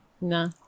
No